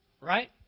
Right